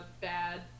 bad